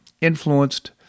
influenced